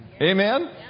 amen